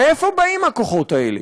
מאיפה באים הכוחות האלה?